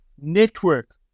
network